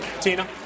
Tina